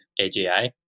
AGI